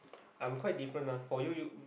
I'm quite different ah for you you